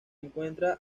encuentra